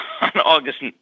August